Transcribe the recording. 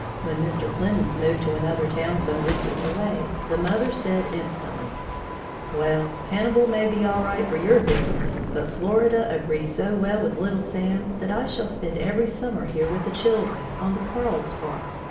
when mr. clemens moved to another town some distance away, the mother said instantly well, hannibal may be all right for your business, but florida agrees so well with little sam, that i shall spend every summer here with the children, on the quarles farm.